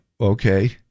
okay